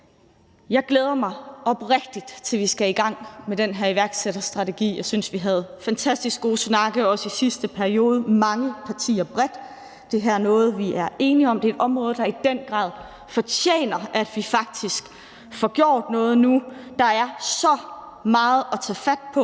Jeg glæder mig oprigtigt til, at vi skal i gang med den her iværksætterstrategi. Jeg synes, vi havde fantastisk gode snakke også i sidste periode mange partier bredt. Det her er noget, vi er enige om, og det er et område, der i den grad fortjener, at vi faktisk får gjort noget nu. Der er så meget at tage fat på,